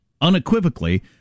unequivocally